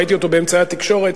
ראיתי אותו באמצעי התקשורת,